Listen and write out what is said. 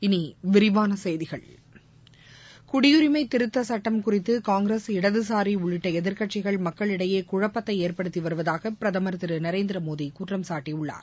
இனி விரிவான செய்திகள் குடியுரினம திருத்த சட்டம் குறித்து காங்கிரஸ் இடதுசாரி உள்ளிட்ட எதிர்க்கட்சிகள் மக்களிடையே குழப்பத்தை ஏற்படுத்தி வருவதாக பிரதமர் திரு நரேந்திரமோடி குற்றம் சாட்டியுள்ளார்